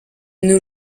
nos